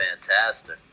fantastic